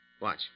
Watch